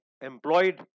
employed